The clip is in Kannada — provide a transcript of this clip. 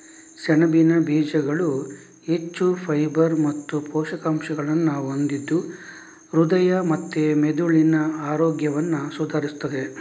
ಸೆಣಬಿನ ಬೀಜಗಳು ಹೆಚ್ಚು ಫೈಬರ್ ಮತ್ತು ಪೋಷಕಾಂಶಗಳನ್ನ ಹೊಂದಿದ್ದು ಹೃದಯ ಮತ್ತೆ ಮೆದುಳಿನ ಆರೋಗ್ಯವನ್ನ ಸುಧಾರಿಸ್ತದೆ